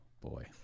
boy